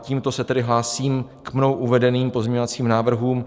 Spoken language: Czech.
Tímto se tedy hlásím k mnou uvedeným pozměňovacím návrhům.